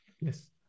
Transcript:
yes